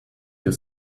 your